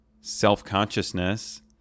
self-consciousness